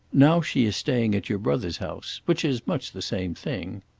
now she is staying at your brother's house which is much the same thing.